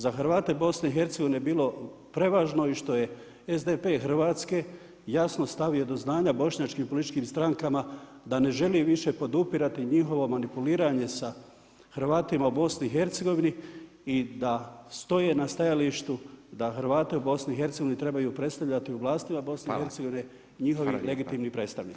Za Hrvate BiH-a je bilo prevažno što je SDP Hrvatske jasno stavio do znanja bošnjačkim političkim strankama da ne želi više podupirati njihovo manipuliranje sa Hrvatima u BiH-u i da stoje na stajalištu da Hrvati u BiH-u trebaju predstavljati u vlastima BiH-a njihovi legitimni predstavnici.